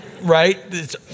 right